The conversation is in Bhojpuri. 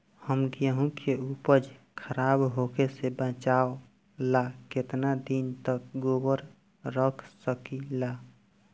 हम गेहूं के उपज खराब होखे से बचाव ला केतना दिन तक गोदाम रख सकी ला?